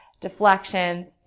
deflections